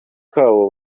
kabo